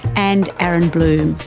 and aaron bloom,